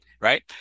right